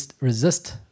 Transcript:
resist